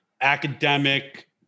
academic